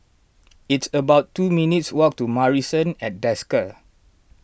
it's about two minutes' walk to Marrison at Desker